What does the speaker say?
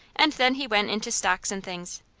and then he went into stocks and things,